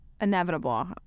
inevitable